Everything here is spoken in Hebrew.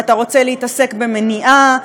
ואתה רוצה להתעסק במניעה,